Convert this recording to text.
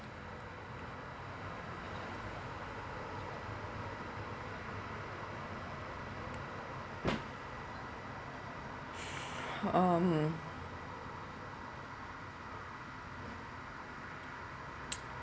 um